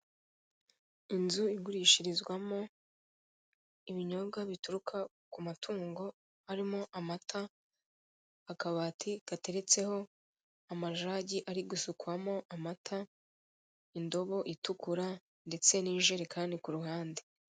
Inzu igurishirizwamo ibinyobwa bituruka ku matungo harimo amata akabati kateretseho, amajagi ari gusukwamo amata, indobo itukura ndetse n'ijerekani ku ruhande.